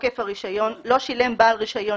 תוקף הרישיון 7. לא שילם בעל רישיון